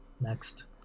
next